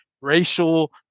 racial